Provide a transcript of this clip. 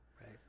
Right